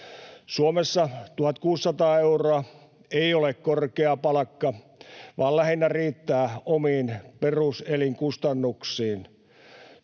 Suomessa 1 600 euroa ei ole korkea palkka vaan lähinnä riittää omiin peruselinkustannuksiin.